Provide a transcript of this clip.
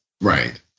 Right